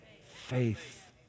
faith